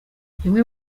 bimwe